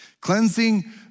Cleansing